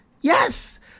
Yes